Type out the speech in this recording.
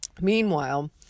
Meanwhile